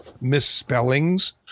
misspellings